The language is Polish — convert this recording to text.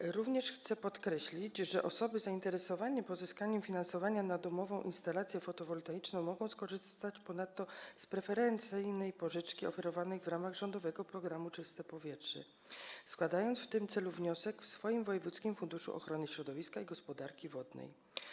Chcę również podkreślić, że osoby zainteresowane pozyskaniem finansowania na domową instalację fotowoltaiczną mogą ponadto skorzystać z preferencyjnej pożyczki oferowanej w ramach rządowego programu „Czyste powietrze”, składając w tym celu wniosek we właściwym wojewódzkim funduszu ochrony środowiska i gospodarki wodnej.